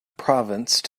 province